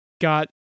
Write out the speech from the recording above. got